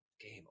game